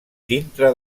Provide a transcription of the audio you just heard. dintre